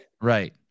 Right